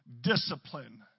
discipline